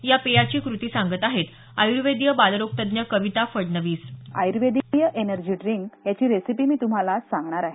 या पेयाची क्रती सांगत आहेत आय्र्वेदिय बालरोग तज्ज्ञ कविता फडणवीस आयर्वेदीय ऐनर्जी ड्रिंक याची रेसिपी मी तुम्हाला आज सांगणार आहे